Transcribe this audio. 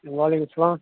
وعلیکُم سلام